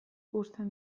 uzten